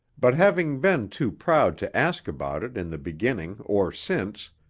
but having been too proud to ask about it in the beginning or since,